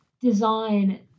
design